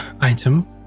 item